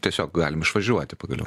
tiesiog galim išvažiuoti pagaliau